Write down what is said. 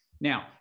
Now